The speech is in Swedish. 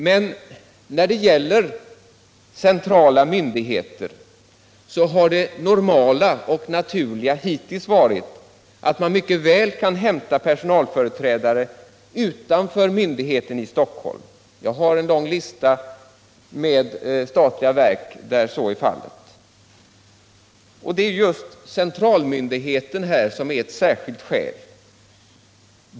Men när det gäller centrala myndigheter har det normala och naturliga hittills varit att man mycket väl kan hämta personalföreträdare utanför myndigheten i Stockholm. Jag har en lång lista med statliga verk där så är fallet. Det är just detta att det gäller en central myndighet som är ett särskilt skäl.